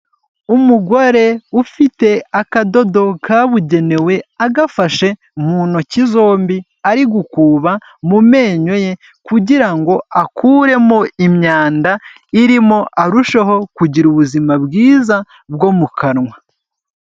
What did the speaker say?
Umugore ufite akadodo kabugenewe agafashe mu ntoki zombi ari gukuba mu menyo ye kugira ngo akuremo imyanda irimo arusheho kugira ubuzima bwiza bwo mu kanwa.